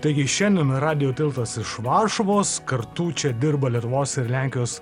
taigi šiandien radijo tiltas iš varšuvos kartu čia dirba lietuvos ir lenkijos